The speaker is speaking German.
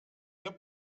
wir